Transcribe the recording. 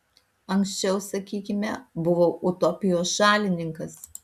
anksčiau sakykime buvau utopijos šalininkas